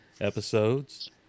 episodes